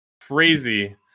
crazy